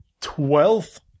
Twelfth